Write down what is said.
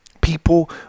People